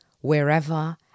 wherever